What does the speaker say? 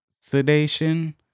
sedation